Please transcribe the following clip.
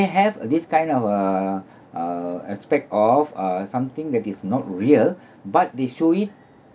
have this kind of uh uh aspect of uh something that is not real but they show it